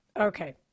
Okay